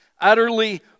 Utterly